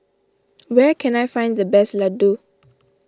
where can I find the best Ladoo